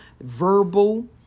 verbal